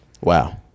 Wow